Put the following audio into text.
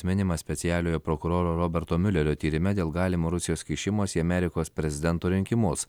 minimas specialiojo prokuroro roberto miulerio tyrime dėl galimo rusijos kišimosi į amerikos prezidento rinkimus